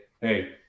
hey